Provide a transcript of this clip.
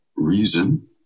reason